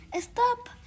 Stop